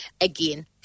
again